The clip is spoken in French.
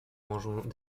mangeons